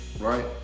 right